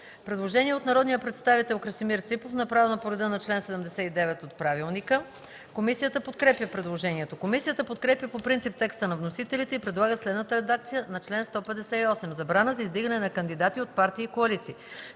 Предложение от народния представител Красимир Ципов, направено по реда на чл. 79, ал. 4, т. 2 от ПОДНС. Комисията подкрепя предложението. Комисията подкрепя по принцип текста на вносителите и предлага следната редакция на чл. 158: „Забрана за издигане на кандидати от партии и коалиции